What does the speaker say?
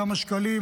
כמה שקלים,